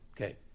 Okay